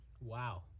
wow